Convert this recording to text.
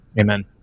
amen